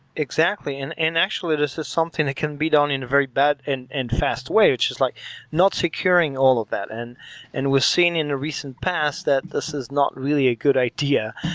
exactly. and and actually, this is something that can be done in a very bad and and fast way, which is like not securing all of that. and and we've seen in the recent past that this is not really a good idea.